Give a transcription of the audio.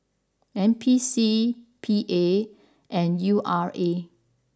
N P C P A and U R A